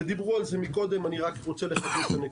ודיברו על זה קודם, אני רק רוצה לחדד את הנקודה.